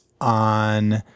on